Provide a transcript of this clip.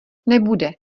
nebude